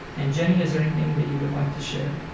and jenny is there anything that you would like to share?